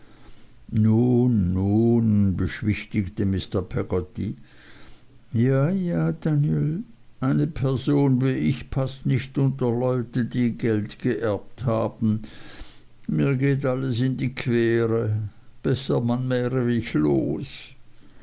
nun beschwichtigte mr peggotty ja ja danl eine person wie ich paßt nicht unter leute die geld geerbt haben mich geht alles die quere besser man wäre mich los